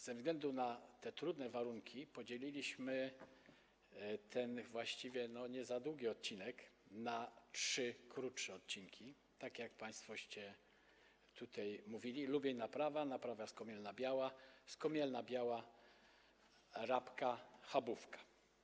Ze względu na trudne warunki podzieliliśmy ten właściwie nie za długi odcinek na trzy krótsze odcinki, tak jak państwo tutaj mówili: Lubień - Naprawa, Naprawa - Skomielna Biała, Skomielna Biała - Rabka - Chabówka.